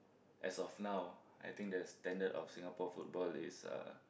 as of now I think the standard of Singapore football is uh